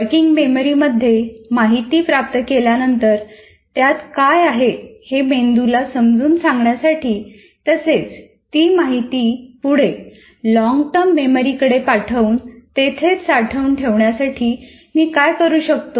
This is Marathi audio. वर्किंग मेमरीमध्ये माहिती प्राप्त केल्यानंतर त्यात काय आहे हे मेंदूला समजून सांगण्यासाठी तसेच ती माहिती पुढे लॉन्गटर्म मेमरीकडेे पाठवून तेथेच साठवून ठेवण्यासाठी मी काय करू शकतो